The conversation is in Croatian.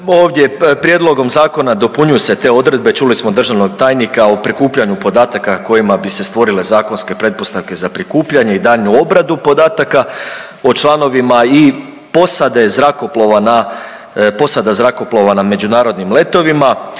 Ovdje prijedlogom zakona dopunjuju se te odredbe, čuli smo državnog tajnika o prikupljanju podataka kojima bi se stvorile zakonske pretpostavke za prikupljanje i daljnju obradu podataka o članovima i posada zrakoplova na međunarodnim letovima.